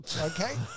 Okay